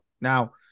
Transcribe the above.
Now